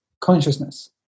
consciousness